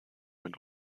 mit